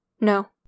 No